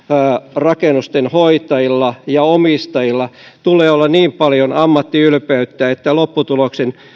rakennusten hoitajilla ja omistajilla tulee olla niin paljon ammattiylpeyttä että lopputuloksen